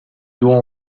don